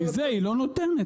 מזה היא לא נותנת.